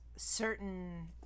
certain